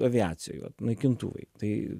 aviacijoj vat naikintuvai tai